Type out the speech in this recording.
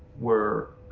were,